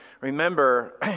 remember